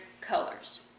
Colors